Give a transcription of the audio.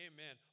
Amen